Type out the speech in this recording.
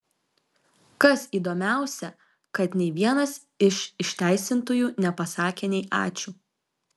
kas įdomiausią kad nei vienas iš išteisintųjų nepasakė nei ačiū